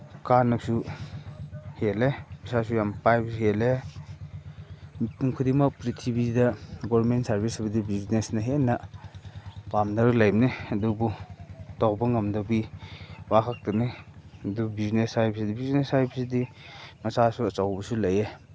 ꯀꯥꯟꯅꯁꯨ ꯍꯦꯜꯂꯦ ꯄꯩꯁꯥꯁꯨ ꯌꯥꯝ ꯄꯥꯏꯕꯁꯨ ꯍꯦꯜꯂꯦ ꯃꯤꯄꯨꯝ ꯈꯨꯗꯤꯡꯃꯛ ꯄ꯭ꯔꯤꯊꯤꯕꯤꯁꯤꯗ ꯒꯣꯔꯃꯦꯟ ꯁꯔꯚꯤꯁꯄꯨꯗꯤ ꯕꯤꯖꯤꯅꯦꯁꯅ ꯍꯦꯟꯅ ꯄꯥꯝꯅꯔ ꯂꯩꯕꯅꯦ ꯑꯗꯨꯕꯨ ꯇꯧꯕ ꯉꯝꯗꯕꯒꯤ ꯋꯥ ꯈꯛꯇꯅꯦ ꯑꯗꯨ ꯕꯤꯖꯤꯅꯦꯁ ꯍꯥꯏꯕꯁꯤꯗꯤ ꯕꯤꯖꯤꯅꯦꯁ ꯍꯥꯏꯕꯁꯤꯗꯤ ꯃꯆꯥꯁꯨ ꯑꯆꯧꯕꯁꯨ ꯂꯩꯌꯦ